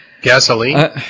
gasoline